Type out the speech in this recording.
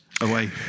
away